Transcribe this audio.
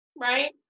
right